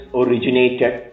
originated